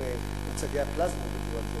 מצגי הפלזמה דיברו על זה,